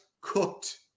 cooked